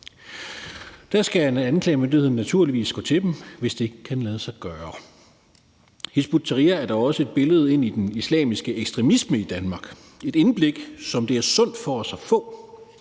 ved dom, og anklagemyndigheden skal naturligvis gå til dem, hvis det kan lade sig gøre. Hizb ut-Tahrir er da også et vindue ind til den islamiske ekstremisme i Danmark. Det er et indblik, som det er sundt for os at få.